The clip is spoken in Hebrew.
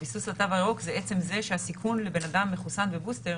הביסוס לתו הירוק הוא עצם זה שהסיכון לבן אדם מחוסן בבוסטר